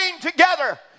together